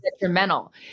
detrimental